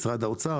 משרד האוצר,